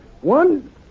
One